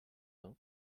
vin